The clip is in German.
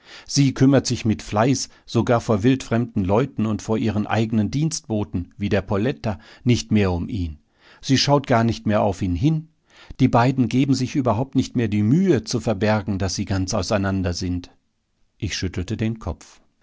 sie kümmert sich mit fleiß sogar vor wildfremden leuten und vor ihren eigenen dienstboten wie der poletta nicht mehr um ihn sie schaut gar nicht mehr auf ihn hin die beiden geben sich überhaupt nicht mehr die mühe zu verbergen daß sie ganz auseinander sind ich schüttelte den kopf